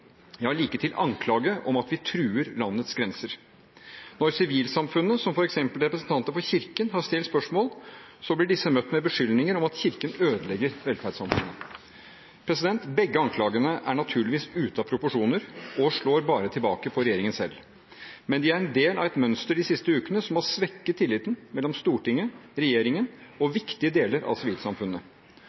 liketil anklage om at vi truer landets grenser. Når sivilsamfunnet, som f.eks. representanter for Kirken, har stilt spørsmål, blir disse møtt med beskyldninger om at Kirken ødelegger velferdssamfunnet. Begge anklagene er naturligvis ute av proporsjoner og slår bare tilbake på regjeringen selv, men de er en del av et mønster de siste ukene som har svekket tilliten mellom Stortinget, regjeringen og viktige deler av sivilsamfunnet.